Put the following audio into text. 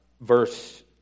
Verse